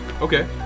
Okay